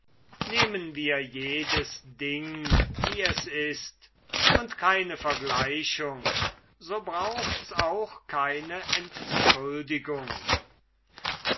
nehmen wir jedes ding wie es ist und so keine vergleichung so brauchts auch keine entschuldigung